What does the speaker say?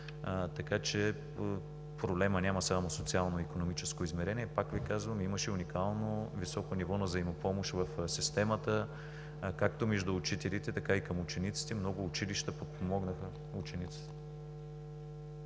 Така че проблемът няма само социално икономическо измерение. Пак Ви казвам, имаше уникално високо ниво на взаимопомощ в системата както между учителите, така и към учениците. Много училища подпомогнаха учениците.